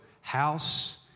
house